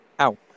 Ow